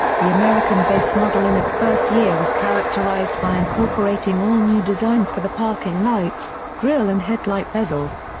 the american base model in its first year was characterized by incorporating all-new designs for the parking lights, grille and headlight bezels.